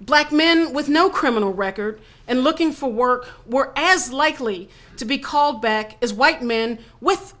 black men with no criminal record and looking for work were as likely to be called back as white men with a